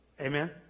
Amen